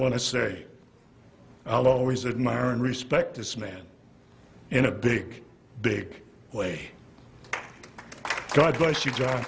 want to say i'll always admire and respect this man in a big big way thank god bless you john